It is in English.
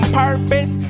purpose